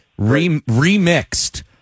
remixed